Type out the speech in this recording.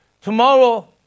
tomorrow